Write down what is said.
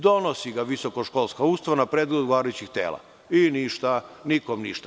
Donosi ga visokoškolska ustanova na predlog odgovarajućih tela i nikom ništa.